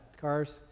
Cars